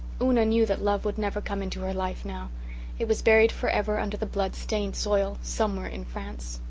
una knew that love would never come into her life now it was buried for ever under the blood-stained soil somewhere in france.